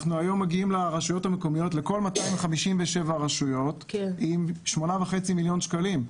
אנחנו מגיעים היום לכל 257 הרשויות המקומיות עם 8.5 מיליון שקלים.